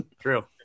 True